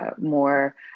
more